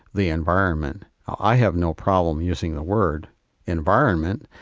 the environment. i have no problem using the word environment.